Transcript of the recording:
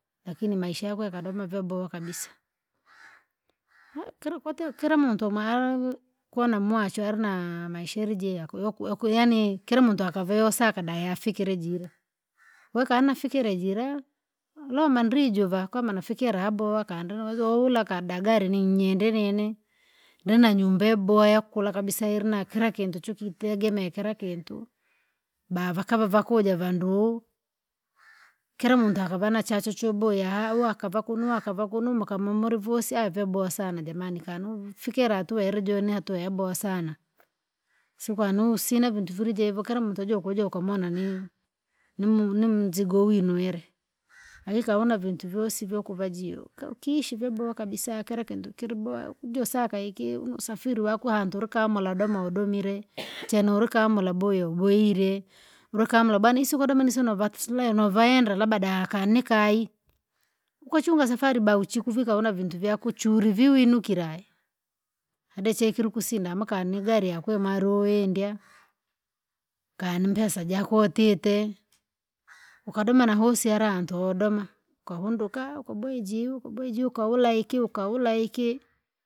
Lakini maisha yako yakadoma vyabowa kabisa, kira kutie kira muntu koo namwachwa alina maisha yari jiyako yo- yoko yaani kira muntu akave yosaka dayafikire jire, wekana fikire jira, lomadrijuva kama nafikira abowa kanda uwezo ura kadagala ninyende nini, ndina nyumba yabowa yakula kabisa ilina kila kintu chokitegemea kira kintu, bavakavo vakuaja vandu! kira muntu akava nachachuchu boya uwa akava kuno akava kuno makama mulivosi vyabowa sana jamani kanu uvufikira hatua hirijone atuwe yabowa sana. Siku anu usina vintu vilije vokera muntu jokujoka kamwana ni? Nim- nimzigo uinuele, aikanoana vintu vyosi vyokuvajio, kaa ukiishi vyabowa kabisa kira kintu kilibowa ukujosaka iki- usafiri wakwantu ulikamula doma udomire chena ulikamula boya uboile, ulikamula banisiko doma novaenda labda dakanikai. Ukachunga safari bauchiko kuvi kaona vintu vyako uchuri vii winukirae, adechekire ukusinda amakani nigari yakwima ruindya, kani mpesa jakutite ukadoma hosi ya harantu udoma, ukahunduka ukabweiji ukabweiji ukaulaiki ukaulaiki.